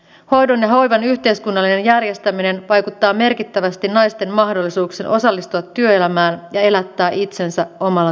hoidon ja hoivan yhteiskunnallinen järjestäminen vaikuttaa merkittävästi naisten mahdollisuuksiin osallistua työelämään ja elättää itsensä omalla työllään